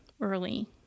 early